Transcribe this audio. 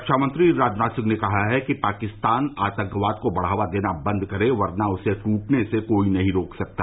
रक्षामंत्री राजनाथ सिंह ने कहा है कि पाकिस्तान आतंकवाद को बढ़ावा देना बंद करे वरना उसे टूटने से कोई नहीं रोक सकता